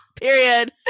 Period